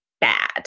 bad